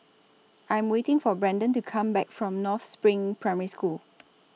I Am waiting For Brandan to Come Back from North SPRING Primary School